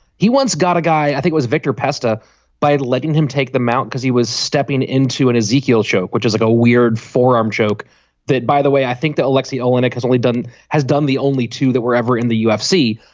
he once got a guy i think was victor pasta by letting him take the mound because he was stepping into an ezekiel show which is like a weird forearm choke that by the way i think that alexi owner has only done has done the only two that were ever in the ufc.